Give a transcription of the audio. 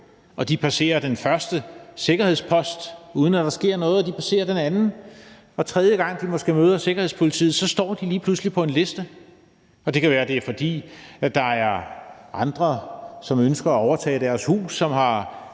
De passerer den første sikkerhedspost, uden at der sker noget, og de passerer den anden, og tredje gang, hvor de måske møder sikkerhedspolitiet, står de lige pludselig på en liste. Det kan være, at det er, fordi der er andre, som ønsker at overtage deres hus, og som har